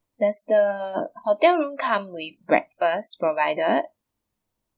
there's the hotel room come with breakfast provided